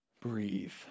breathe